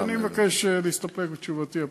אז אני מבקש להסתפק בתשובתי הפעם.